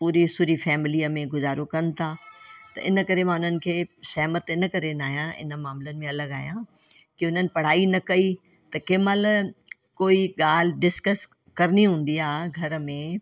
पूरी सूरी फैमिलीअ में गुज़ारो कनि था त हिन करे मां उन्हनि खे सहमत हिन करे न आहियां इन मामिलनि में अलॻि आहियां की उन्हनि पढ़ाई न कई त केमहिल कोई ॻाल्हि डिसकस करणी हूंदी आहे घर में